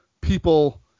people